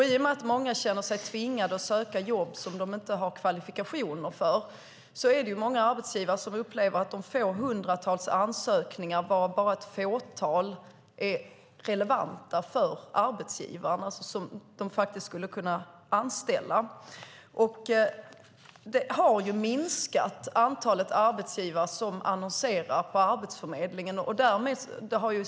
I och med att många känner sig tvingade att söka jobb som de inte har kvalifikationer för är det många arbetsgivare som upplever att de får hundratals ansökningar varav bara ett fåtal är relevanta för arbetsgivaren och gäller personer som de faktiskt skulle kunna anställa. Det har minskat antalet arbetsgivare som annonserar via Arbetsförmedlingen.